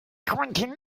konnten